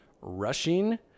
rushing